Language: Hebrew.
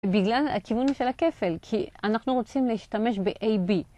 בגלל הכיוון של הכפל, כי אנחנו רוצים להשתמש ב-A-B.